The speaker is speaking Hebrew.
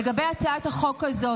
לגבי הצעת החוק הזאת,